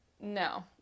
No